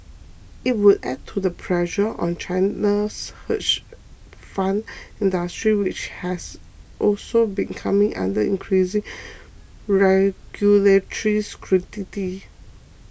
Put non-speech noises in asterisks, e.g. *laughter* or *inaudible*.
it would add to the pressure on China's hedge fund industry which has also been coming under increasing *noise* regulatory scrutiny